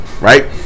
Right